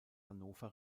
hannover